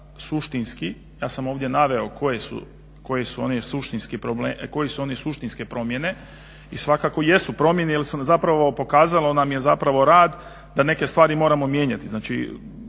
suštinski, ja sam ovdje naveo koje su one suštinske promjene i svakako jesu promjene jer pokazalo nam je zapravo rad da neke stvari moramo mijenjati. Znači,